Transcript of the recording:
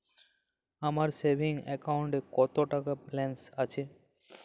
আমার সেভিংস অ্যাকাউন্টে কত টাকা ব্যালেন্স আছে?